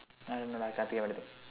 I don't know I can't think of anything